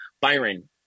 Byron